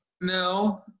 No